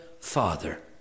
Father